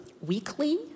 weekly